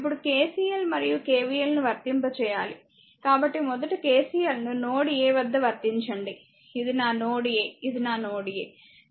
ఇప్పుడు KCL మరియు KVL ను వర్తింప చేయాలి కాబట్టి మొదట KCL ను నోడ్ a వద్ద వర్తించండి ఇది నా నోడ్ a ఇది నా నోడ్ a